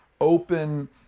open